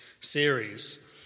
series